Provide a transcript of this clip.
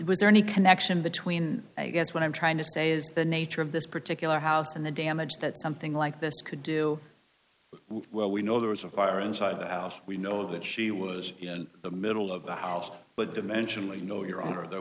was there any connection between i guess what i'm trying to say is the nature of this particular house and the damage that something like this could do well we know there was a fire inside the house we know that she was in the middle of the house but dimensionally no your honor there